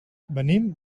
venim